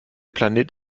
planet